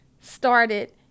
started